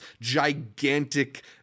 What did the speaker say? gigantic